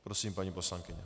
Prosím, paní poslankyně.